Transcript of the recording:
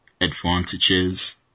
advantages